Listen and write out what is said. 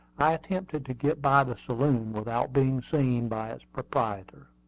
i attempted to get by the saloon without being seen by its proprietor.